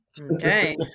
okay